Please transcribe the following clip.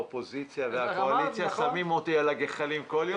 האופוזיציה והקואליציה שמים אותי על הגחלים כל יום,